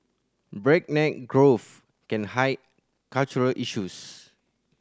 breakneck growth can hide cultural issues